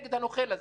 נגד הנוכל הזה.